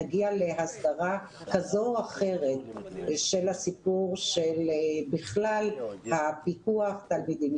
נגיע להסדרה כזו או אחרת של הסיפור של בכלל הפיקוח תלמידים.